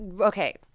okay